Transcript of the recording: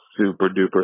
super-duper